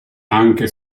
anche